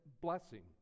blessing